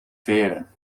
veren